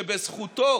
שבזכותו